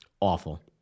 Awful